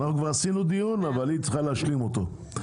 כבר קיימנו דיון, אבל היא צריכה להשלים אותו.